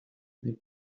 they